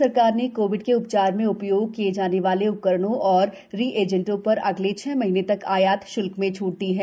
केंद्र सरकार ने कोविड के उ चार में उ योग किये जाने वाले उ करणों और रिएजेंटों र अगले छह महीने तक आयात श्ल्क में छूट दी है